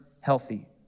healthy